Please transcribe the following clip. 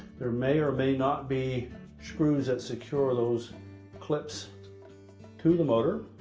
there may or may not be screws that secure those clips to the motor.